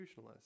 institutionalist